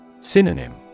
Synonym